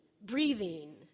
breathing